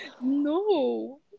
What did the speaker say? no